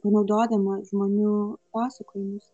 panaudodama žmonių pasakojimus